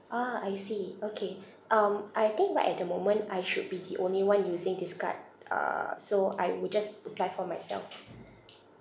ah I see okay um I think right at the moment I should be the only one using this card uh so I will just apply for myself